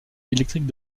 électrique